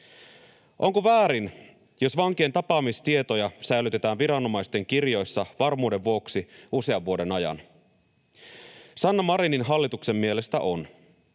Onko väärin, jos vankien tapaamistietoja säilytetään viranomaisten kirjoissa varmuuden vuoksi usean vuoden ajan? Sanna Marinin hallituksen mielestä on.